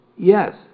Yes